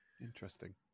Interesting